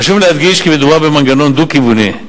חשוב להדגיש כי מדובר במנגנון דו-כיווני.